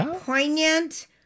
poignant